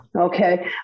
Okay